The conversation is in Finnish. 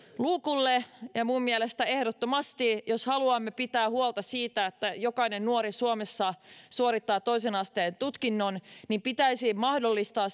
luukulle minun mielestäni ehdottomasti jos haluamme pitää huolta siitä että jokainen nuori suomessa suorittaa toisen asteen tutkinnon pitäisi mahdollistaa